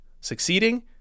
Succeeding